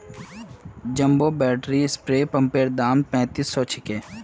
jumbo battery spray पंपैर दाम पैंतीस सौ छे